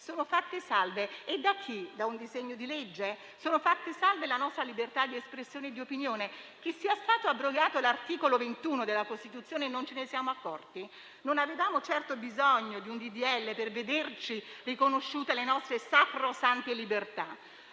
Sono fatte salve: e da chi? Da un disegno di legge? È fatta salva la nostra libertà di espressione e di opinione? Che sia stato abrogato l'articolo 21 della Costituzione non ce ne siamo accorti. Non avevamo certo bisogno di un disegno di legge per vederci riconosciute le nostre sacrosante libertà.